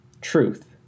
Truth